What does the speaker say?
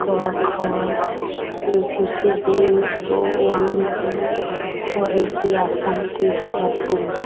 କ ଖ A B C D ଓ ୱାନ୍ ଟୁ ପଢ଼ିକି ଆସନ୍ତି ଘରକୁ